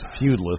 feudless